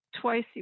twice